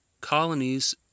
colonies